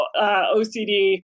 OCD